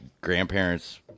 grandparents